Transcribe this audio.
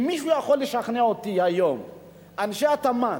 אם מישהו יכול לשכנע אותי היום שאנשי התמ"ת,